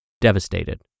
devastated